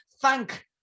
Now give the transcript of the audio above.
thank